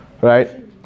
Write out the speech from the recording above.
right